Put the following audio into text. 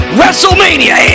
WrestleMania